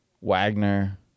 Wagner